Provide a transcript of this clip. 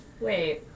Wait